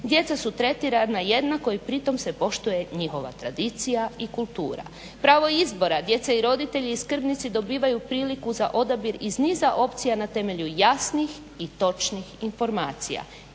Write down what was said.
djeca tu tretirana jednako i pritom se poštuje njihova tradicija i kultura, pravo izbora djeca i roditelji i skrbnici dobivaju priliku za odabir iz niza opcija na temelju jasnih i točnih informacija